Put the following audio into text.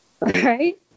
right